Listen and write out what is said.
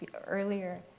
earlier.